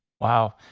Wow